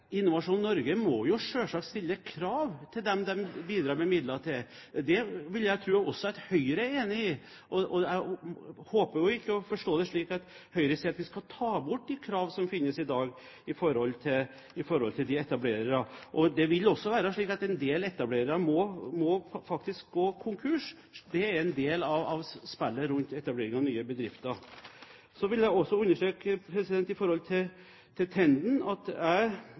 Innovasjon Norge selvsagt må stille krav til dem de bidrar med midler til. Det vil jeg tro at også Høyre er enig i. Jeg håper ikke det kan forstås slik at Høyre vil at vi skal ta bort de krav som finnes i dag, til etablerere. Det vil også være sånn at en del etablerere må faktisk gå konkurs – det er en del av spillet rundt etablering av nye bedrifter. Så vil jeg også understreke til Tenden at når hun sier at Venstre er opptatt av større grad av produksjonsfrihet, lurer jeg